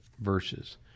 verses